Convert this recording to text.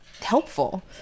helpful